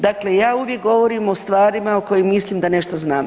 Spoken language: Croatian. Dakle, ja uvijek govorim o stvarima o kojim mislim da nešto znam.